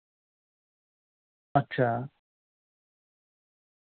अच्छा